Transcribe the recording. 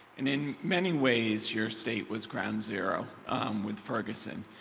and in many ways, your state was ground zero with ferguson.